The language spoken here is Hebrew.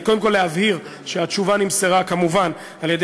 קודם כול להבהיר שהתשובה נמסרה כמובן על-ידי